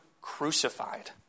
crucified